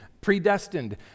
predestined